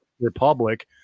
republic